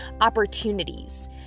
opportunities